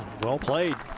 well played.